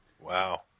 Wow